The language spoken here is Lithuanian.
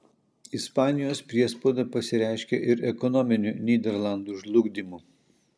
ispanijos priespauda pasireiškė ir ekonominiu nyderlandų žlugdymu